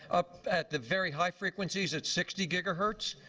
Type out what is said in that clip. at the very high frequencies, it's sixty gigahertz.